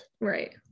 Right